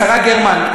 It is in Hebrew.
השרה גרמן,